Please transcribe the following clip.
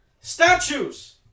statues